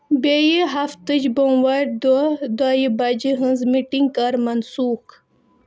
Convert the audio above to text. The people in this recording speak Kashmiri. بیٚیہِ ہفتٕچ بوٚموارِ دۄہ دۅیِہِ بجہِ ہٕنٛز میٖٹنِگ کَر منسوٗخ